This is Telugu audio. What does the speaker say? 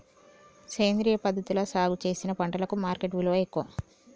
సేంద్రియ పద్ధతిలా సాగు చేసిన పంటలకు మార్కెట్ విలువ ఎక్కువ